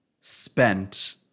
spent